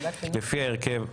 לפי ההרכב הבא: